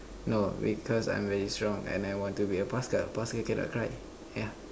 no because I'm very strong and I want to be a paskal paskal cannot cry yeah